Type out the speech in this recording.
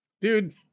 dude